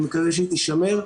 אני מקווה שהיא תישמר,